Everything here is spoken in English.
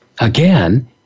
again